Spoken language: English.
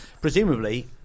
presumably